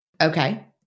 Okay